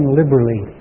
liberally